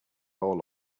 all